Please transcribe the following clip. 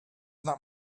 not